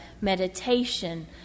Meditation